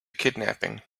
kidnapping